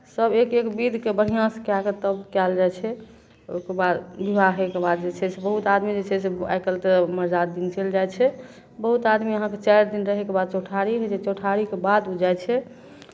सभ एक एक विधिके बढ़िआँसँ कए कऽ तब कयल जाइ छै ओहिके बाद विवाह होयके बाद जे छै से बहुत आदमी जे छै से आइ काल्हि तऽ मरजाद दिन चलि जाइ छै बहुत आदमी अहाँके चारि दिन रहयके बाद चौठारी होइ छै जे चौठारीके बाद ओ जाइ छै